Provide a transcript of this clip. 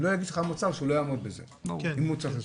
הוא לא יגיש לך מוצר שלא יעמוד בזה אם הוא צריך להשתתף.